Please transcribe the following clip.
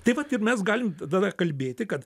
tai vat ir mes galim tada kalbėti kad